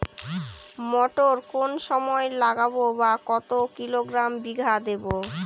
মটর কোন সময় লাগাবো বা কতো কিলোগ্রাম বিঘা দেবো?